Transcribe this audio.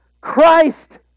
Christ